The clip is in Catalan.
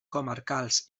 comarcals